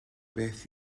beth